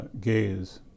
gaze